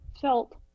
felt